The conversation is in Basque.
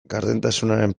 gardentasunaren